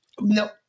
No